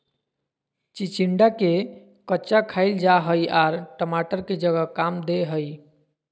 चिचिंडा के कच्चा खाईल जा हई आर टमाटर के जगह काम दे हइ